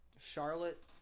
Charlotte